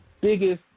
biggest